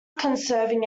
conserving